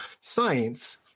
science